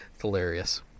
hilarious